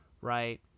right